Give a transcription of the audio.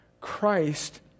Christ